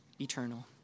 eternal